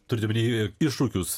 turit omeny iššūkius